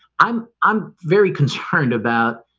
i'm, i'm very concerned about